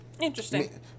Interesting